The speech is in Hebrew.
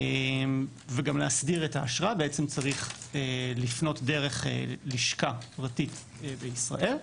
גם להסדרת האשרה צריך לפנות דרך לשכה פרטית בישראל.